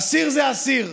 אסיר זה אסיר,